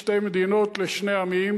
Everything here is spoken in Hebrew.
שתי מדינות לשני עמים,